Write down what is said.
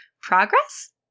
progress